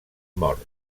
morts